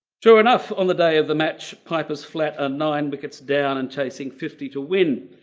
sure enough on the day of the match piper's flat and nine wickets down and chasing fifty to win,